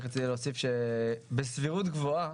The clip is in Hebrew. בסבירות גבוהה,